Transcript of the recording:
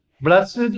Blessed